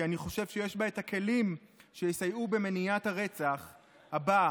כי אני חושב שיש בה את הכלים שיסייעו במניעת הרצח הבא,